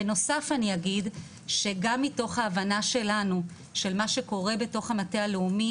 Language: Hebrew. בנוסף אני אגיד שגם מתוך ההבנה שלנו של מה שקורה בתוך המטה הלאומי,